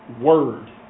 word